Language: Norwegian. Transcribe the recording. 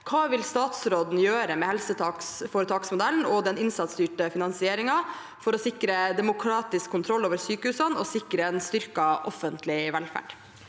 Hva vil statsråden gjøre med helseforetaksmodellen og den innsatsstyrte finansieringen for å sikre demokratisk kontroll over sykehusene og sikre en styrket offentlig velferd?